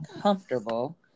comfortable